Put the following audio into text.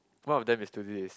one of them is still this